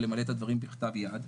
למלא את הדברים בכתב יד,